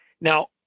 Now